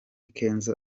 kenzo